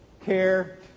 Care